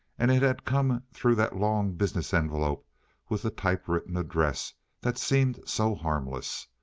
and it had come through that long business envelope with the typewritten address that seemed so harmless.